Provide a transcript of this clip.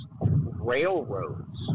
railroads